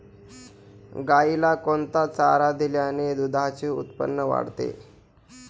गाईला कोणता चारा दिल्याने दुधाचे उत्पन्न वाढते?